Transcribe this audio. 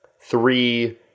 three